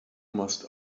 must